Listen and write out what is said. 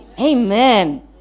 Amen